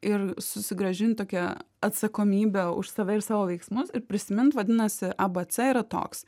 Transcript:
ir susigrąžin tokią atsakomybę už save ir savo veiksmus ir prisimint vadinasi abc yra toks